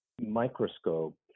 microscope